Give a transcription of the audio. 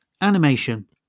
Animation